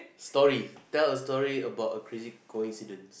stories tell a story about a crazy coincidence